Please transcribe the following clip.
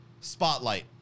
spotlight